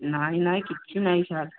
ନାଇ ନାଇ କିଛି ନାଇ ସାର୍